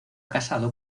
casado